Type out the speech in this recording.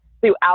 throughout